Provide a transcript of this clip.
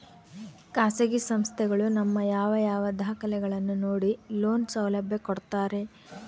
ಖಾಸಗಿ ಸಂಸ್ಥೆಗಳು ನಮ್ಮ ಯಾವ ಯಾವ ದಾಖಲೆಗಳನ್ನು ನೋಡಿ ಲೋನ್ ಸೌಲಭ್ಯ ಕೊಡ್ತಾರೆ?